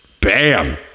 Bam